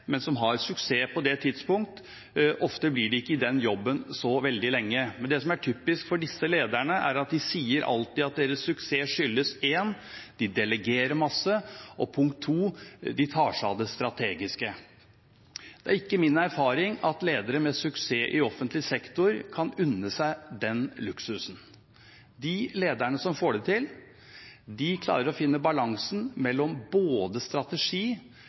men som har suksess på det tidspunkt. Ofte blir de ikke i den jobben så veldig lenge. Men det som er typisk for disse lederne, er at de alltid sier at deres suksess skyldes punkt 1: De delegerer masse, og punkt 2: De tar seg av det strategiske. Det er ikke min erfaring at ledere med suksess i offentlig sektor kan unne seg den luksusen. De lederne som får det til, klarer å finne balansen mellom både strategi